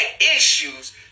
issues